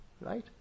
Right